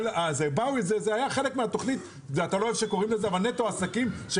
זה היה חלק מהתוכנית נטו עסקים,